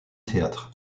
théâtre